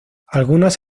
algunas